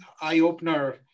eye-opener